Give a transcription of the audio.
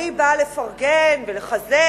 אני באה לפרגן ולחזק,